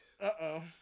Uh-oh